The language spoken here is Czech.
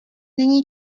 není